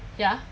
ya